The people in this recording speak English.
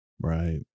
Right